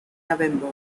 november